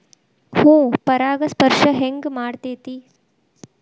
ಹೂ ಪರಾಗಸ್ಪರ್ಶ ಹೆಂಗ್ ಮಾಡ್ತೆತಿ?